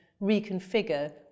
reconfigure